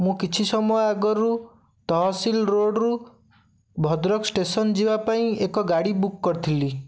ମୁଁ କିଛି ସମୟ ଆଗରୁ ତହସିଲ ରୋଡ଼ରୁ ଭଦ୍ରକ ଷ୍ଟେସନ ଯିବା ପାଇଁ ଏକ ଗାଡ଼ି ବୁକ୍ କରିଥିଲି